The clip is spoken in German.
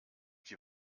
die